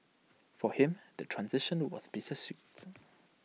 for him the transition was bittersweet